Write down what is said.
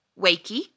Wakey